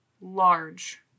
large